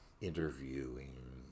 interviewing